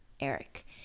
Eric